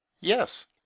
Yes